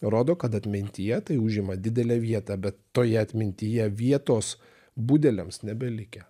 rodo kad atmintyje tai užima didelę vietą bet toje atmintyje vietos budeliams nebelikę